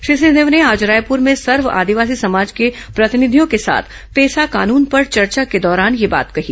श्री सिंहदेव ने आज रायपुर में सर्व आदिवासी समाज के प्रतिनिधियों के साथ पेसा कानून पर चर्चा के दौरान यह बात कही